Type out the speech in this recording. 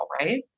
right